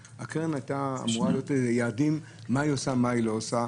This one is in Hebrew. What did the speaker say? לקרן היו אמורים להיות יעדים לגבי מה היא עושה ומה היא לא עושה.